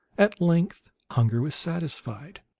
at length hunger was satisfied.